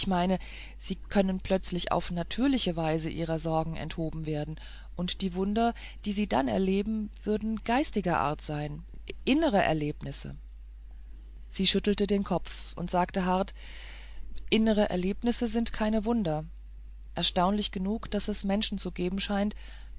sie können plötzlich auf natürliche weise ihrer sorgen enthoben werden und die wunder die sie dann erleben würden geistiger art sein innere erlebnisse sie schüttelte den kopf und sagte hart innere erlebnisse sind keine wunder erstaunlich genug daß es menschen zu geben scheint